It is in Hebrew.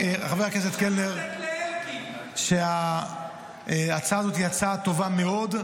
חבר הכנסת קלנר שההצעה הזאת טובה מאוד.